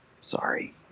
Sorry